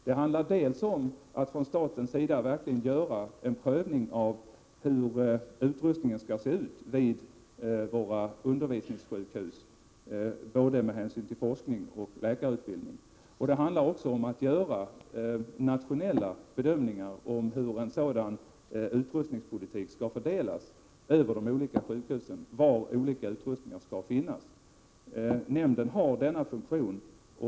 Det handlar dels om att från statens sida verkligen göra en prövning av hur utrustningen skall se ut vid våra undervisningssjukhus, med hänsyn till både forskning och läkarutbildning, dels om att göra nationella bedömningar av var resurserna skall finnas och av vilken fördelning på de olika sjukhusen en sådan utrustningspolitik skall leda till. Detta är NUU:s funktion.